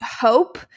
hope